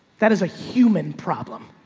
that is a human problem.